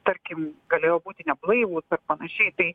tarkim galėjo būti neblaivūs ir panašiai tai